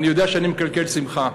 אני יודע שאני מקלקל שמחה,